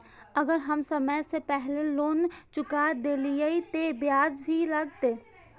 अगर हम समय से पहले लोन चुका देलीय ते ब्याज भी लगते?